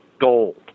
gold